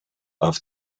auf